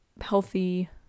healthy